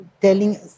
telling